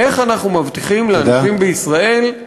איך אנחנו מבטיחים לאנשים בישראל, תודה.